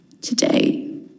Today